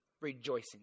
rejoicing